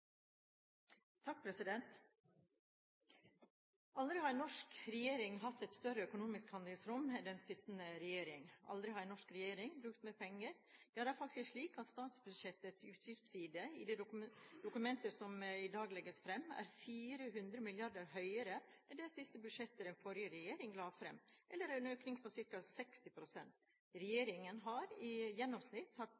Aldri har en norsk regjering hatt et større økonomisk handlingsrom enn den sittende regjering. Aldri har en norsk regjering brukt mer penger. Ja, det er faktisk slik at statsbudsjettets utgiftsside i de dokumenter som i dag legges fram, er 400 mrd. kr. høyere enn det siste budsjettet den forrige regjering la fram – eller en økning på